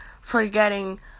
forgetting